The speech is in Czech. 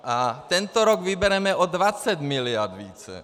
A tento rok vybereme o 20 mld. více.